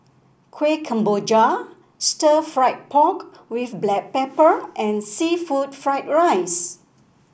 Kuih Kemboja Stir Fried Pork with Black Pepper and seafood Fried Rice